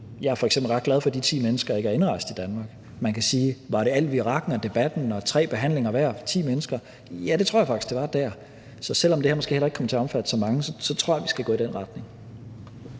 Jeg er f.eks. ret glad for, at de ti mennesker ikke er indrejst i Danmark. Man kan spørge: Var de ti mennesker al virakken, debatten og de tre behandlinger værd? Ja, det tror jeg faktisk det var dér. Så selv om det her måske heller ikke kommer til at omfatte så mange, tror jeg, vi skal gå i den retning.